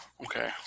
Okay